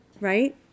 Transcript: right